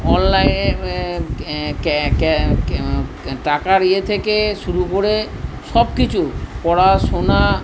online টাকার ইয়ে থেকে শুরু করে সবকিছু পড়াশোনা